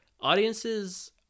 audiences